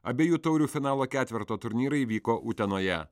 abiejų taurių finalo ketverto turnyrai vyko utenoje